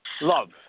love